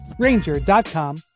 ranger.com